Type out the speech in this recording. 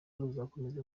ruzakomeza